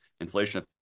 inflation